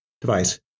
device